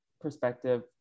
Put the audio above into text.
perspective